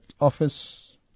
office